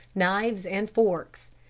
knives and forks.